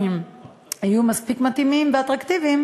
יהיו מספיק מתאימים ואטרקטיביים,